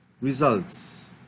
results